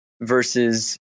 versus